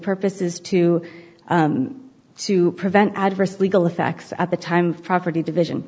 purpose is to to prevent adverse legal effects at the time property division